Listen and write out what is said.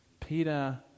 Peter